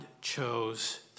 chose